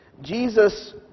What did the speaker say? Jesus